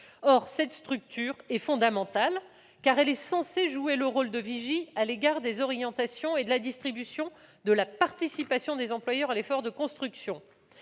Or cette structure s'avère fondamentale dans la mesure où elle est censée jouer le rôle de vigie à l'égard des orientations et de la distribution de la participation des employeurs à l'effort de construction.